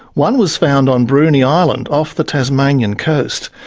one was found on bruny island off the tasmanian coast.